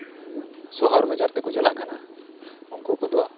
ᱥᱚᱦᱚᱨ ᱵᱟᱡᱟᱨ ᱛᱮᱠᱩ ᱪᱟᱞᱟᱜ ᱠᱟᱱᱟ ᱩᱱᱠᱩ ᱠᱚᱫᱚ